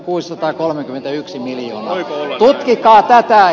tutkikaa tätä edustaja backman